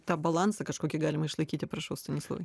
tą balansą kažkokį galima išlaikyti prašau stanislovai